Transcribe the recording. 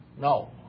no